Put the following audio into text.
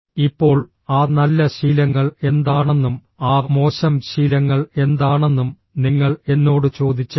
ഇപ്പോൾ ആ നല്ല ശീലങ്ങൾ എന്താണെന്നും ആ മോശം ശീലങ്ങൾ എന്താണെന്നും നിങ്ങൾ എന്നോട് ചോദിച്ചേക്കാം